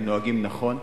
הם נוהגים נכון.